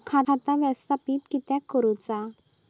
खाता व्यवस्थापित किद्यक करुचा?